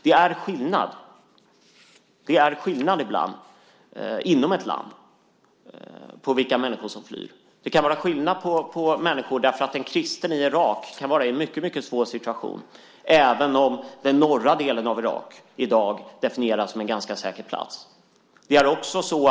Det kan ibland vara skillnad inom ett land på vilka människor som flyr. En kristen i Irak kan vara i en mycket svår situation, även om den norra delen av Irak i dag definieras som en ganska säker plats.